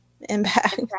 Impact